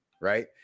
right